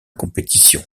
compétition